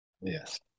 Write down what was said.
Yes